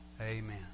Amen